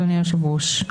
אדוני היושב-ראש,